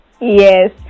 yes